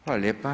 Hvala lijepa.